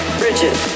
bridges